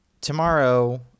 tomorrow